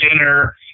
dinner